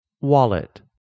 Wallet